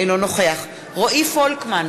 אינו נוכח רועי פולקמן,